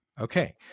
Okay